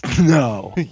No